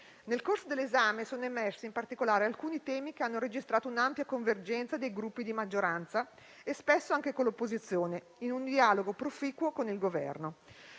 Nel corso dell'esame sono emersi, in particolare, alcuni temi che hanno registrato un'ampia convergenza dei Gruppi di maggioranza, spesso anche con l'opposizione, in un dialogo proficuo con il Governo.